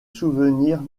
souvenir